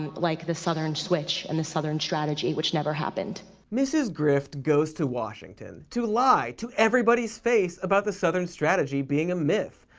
and like the southern switch and the southern strategy, which never happened. cody mrs. grift goes to washington, to lie to everybody's face about the southern strategy being a myth.